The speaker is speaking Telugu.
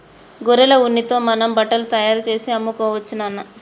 గొర్రెల ఉన్నితో మనం బట్టలు తయారుచేసి అమ్ముకోవచ్చు నాన్న